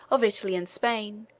of italy and spain,